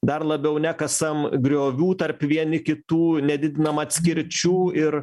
dar labiau nekasam griovių tarp vieni kitų nedidinam atskirčių ir